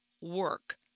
work